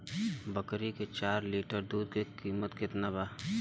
बकरी के चार लीटर दुध के किमत केतना बा?